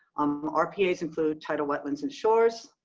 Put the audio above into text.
um rpas include tidal wetlands and shores,